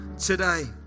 today